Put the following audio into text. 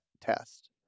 test